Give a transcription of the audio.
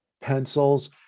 pencils